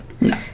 No